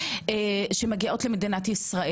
שמגיעות למדינת ישראל.